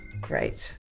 Great